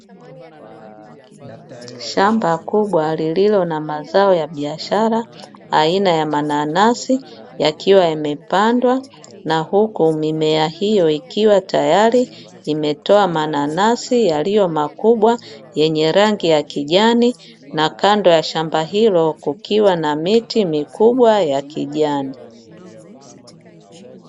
Shamba kubwa lilio na mazao ya biashara aina ya mananasi yakiwa yamepandwa na huku mimea hiyo, ikiwa tayari imetoa mananasi yaliyo makubwa yenye rangi ya kijani na kando ya shamba hilo kukiwa na miti mikubwa ya kijani.